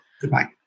Goodbye